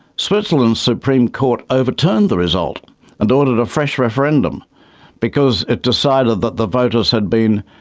switzerland's supreme court overturned the result and ordered a fresh referendum because it decided that the voters had been,